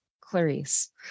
Clarice